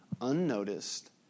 unnoticed